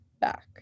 back